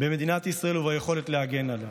במדינת ישראל וביכולת להגן עליה.